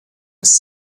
was